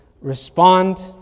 respond